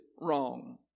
wrong